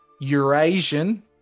Eurasian